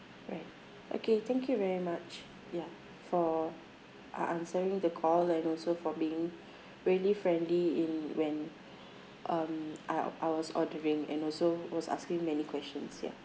alright okay thank you very much ya for uh answering the call and also for being really friendly in when um I I was ordering and also was asking many questions ya